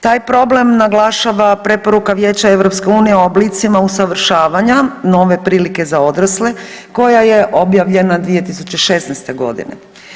Taj problem naglašava preporuka Vijeća Europske unije o oblicima usavršavanja nove prilike za odrasle, koja je objavljena 2016. godine.